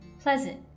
pleasant